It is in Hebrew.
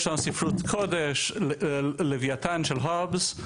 יש לנו ספרות קודש "לווייתן" של הובס.